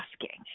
asking